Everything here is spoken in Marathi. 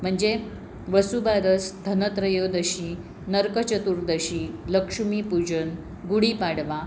म्हणजे वसुबारस धनत्रयोदशी नरक चतुर्दशी लक्ष्मी पूजन गुढीपाडवा